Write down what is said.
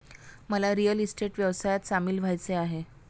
मला real estate व्यवसायात सामील व्हायचे आहे